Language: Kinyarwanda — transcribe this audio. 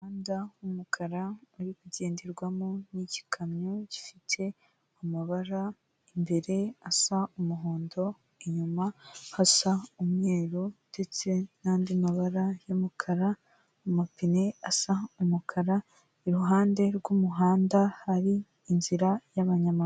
Umuhanda w'umukara uri kugenderwamo n'ikamyo gifite amabara imbere asa umuhondo inyuma hasa umweru, ndetse n'andi mabara y'umukara amapine asa umukara iruhande rwumuhanda hari inzira y'abanyamaguru.